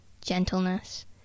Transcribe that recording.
gentleness